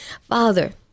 Father